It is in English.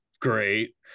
great